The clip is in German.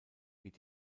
geht